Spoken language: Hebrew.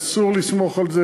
אסור לסמוך על זה,